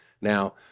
Now